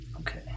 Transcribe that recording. Okay